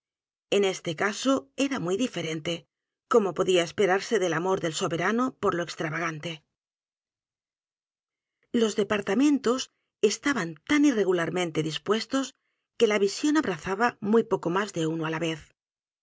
en este caso era muy diferente como podía esperarse del amor del soberano por lo extravagante los departamentos estaban tan irregularmente dispuestos que la visión abrazaba muy poco más de uno á la vez